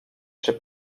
czy